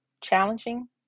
challenging